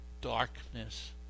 darkness